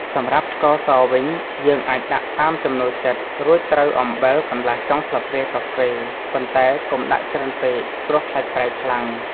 សម្រាប់ស្ករសវិញ យើងអាចដាក់តាមចំណូលចិត្ត រួចត្រូវដាក់អំបិលកន្លះចុងស្លាបព្រាកាហ្វេ ប៉ុន្តែ កុំដាក់ច្រើនពេកព្រោះខ្លាចប្រៃខ្លាំង។